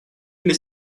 или